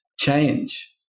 change